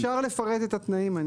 אנחנו